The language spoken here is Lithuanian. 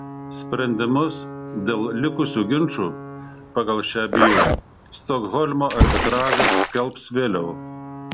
sprendimus dėl likusių ginčų pagal šią bylą stokholmo arbitražas skelbs vėliau